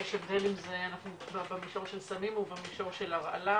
ויש הבדל אם עכשיו אנחנו במישור של סמים או במישור של הרעלה.